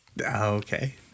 Okay